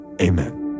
amen